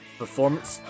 performance